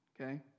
okay